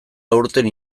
aurten